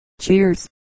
Cheers